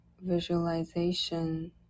visualization